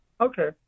Okay